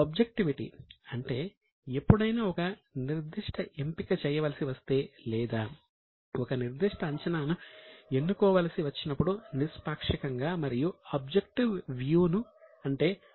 objectivity ను అంటే పక్షపాత రహితంగా తీసుకోవాలి